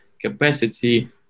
capacity